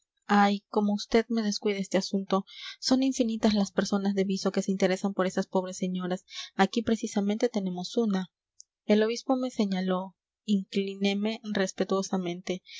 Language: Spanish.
ay como vd me descuide este asunto son infinitas las personas de viso que se interesan por esas pobres señoras aquí precisamente tenemos una el obispo me señaló inclineme respetuosamente